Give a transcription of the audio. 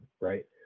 right